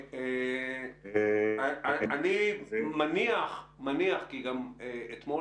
אם היא אפשרית, כי לא כל